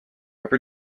ever